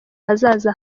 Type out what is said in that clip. ahazaza